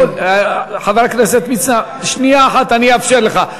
חבר הכנסת מצנע, שנייה אחת, אני אאפשר לך.